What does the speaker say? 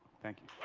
thank you.